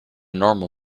normal